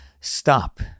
Stop